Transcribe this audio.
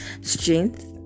strength